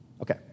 Okay